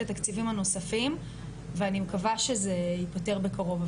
התקציבים הנוספים ואני מקווה שזה ייפתר בקרוב,